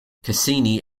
cassini